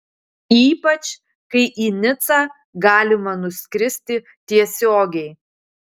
ypač kai į nicą galima nuskristi tiesiogiai